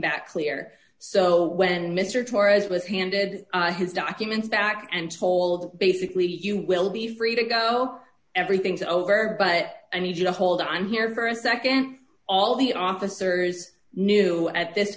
back clear so when mister torres was handed his documents back and told basically you will be free to go everything's over but i need you to hold on here for a nd all the officers knew at this